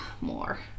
more